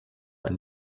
ein